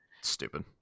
Stupid